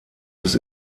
bis